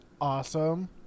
awesome